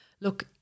look